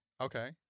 Okay